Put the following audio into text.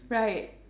right